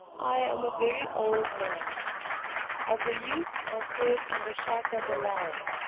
i am a very old man as a youth i served under chaka the lion,